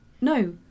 No